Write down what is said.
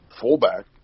fullback